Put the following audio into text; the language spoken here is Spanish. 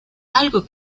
algo